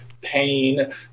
pain